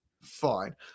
fine